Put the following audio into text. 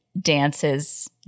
dances